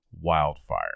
wildfire